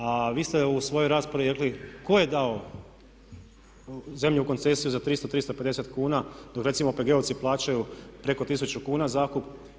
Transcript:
A vi ste u svojoj raspravi rekli tko je dao zemlju u koncesiju za 300, 350 kuna dok recimo OPG-ovci plaćaju preko 1000 kuna zakup.